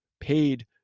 paid